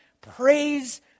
Praise